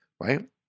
right